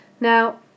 Now